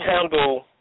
handle